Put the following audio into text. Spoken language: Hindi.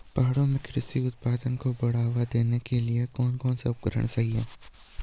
पहाड़ों में कृषि उत्पादन को बढ़ावा देने के लिए कौन कौन से उपकरण सही हैं?